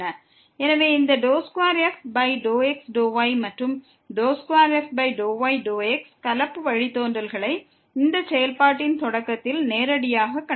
எனவே இந்த 2f∂x∂y மற்றும் 2f∂y∂x கலப்பு வழித்தோன்றல்களை இந்த செயல்பாட்டின் தொடக்கத்தில் நேரடியாக கணக்கிடுவோம்